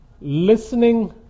listening